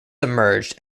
emerged